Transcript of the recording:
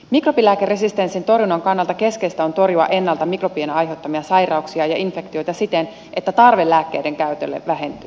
mikrobilääkeresistenssin torjunnan kannalta keskeistä on torjua ennalta mikrobien ai heuttamia sairauksia ja infektioita siten että tarve lääkkeiden käytölle vähentyy